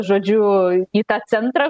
žodžiu į tą centrą